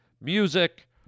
music